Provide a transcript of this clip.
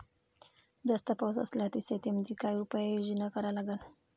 जास्त पाऊस असला त शेतीमंदी काय उपाययोजना करा लागन?